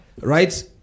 Right